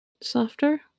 softer